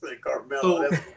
Carmelo